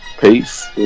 Peace